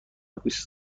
بیست